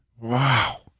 Wow